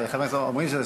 חבר הכנסת הורוביץ,